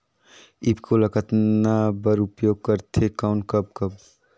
ईफको ल कतना बर उपयोग करथे और कब कब?